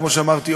כמו שאמרתי,